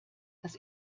dass